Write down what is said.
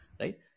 right